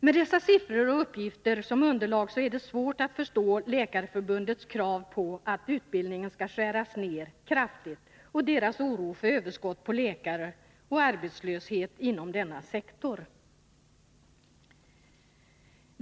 Med dessa siffror och uppgifter som underlag är det svårt att förstå Läkarförbundets krav på att utbildningen skall skäras ner kraftigt och dess oro för överskott på läkare och arbetslöshet inom denna sektor.